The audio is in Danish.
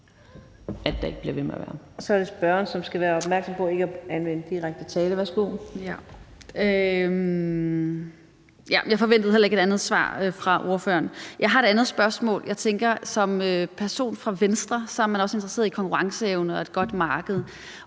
Jeg forventede heller ikke et andet svar fra ordføreren. Jeg har et andet spørgsmål. Jeg tænker, at som person fra Venstre er man også interesseret i konkurrenceevne og et godt marked.